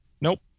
Nope